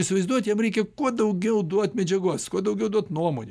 įsivaizduot jam reikia kuo daugiau duot medžiagos kuo daugiau duot nuomonių